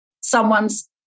someone's